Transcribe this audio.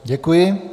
Děkuji.